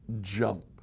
jump